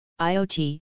IoT